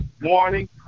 morning